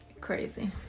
Crazy